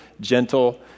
gentle